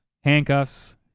handcuffs